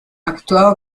actuado